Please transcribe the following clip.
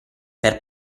per